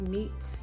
Meet